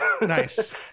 Nice